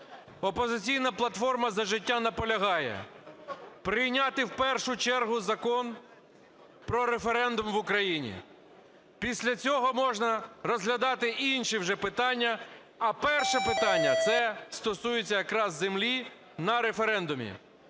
"Опозиційна платформа - За життя" наполягає прийняти в першу чергу Закон про референдум в Україні, після цього можна розглядати інші вже питання. А перше питання, це стосується якраз землі на референдумі.